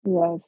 Yes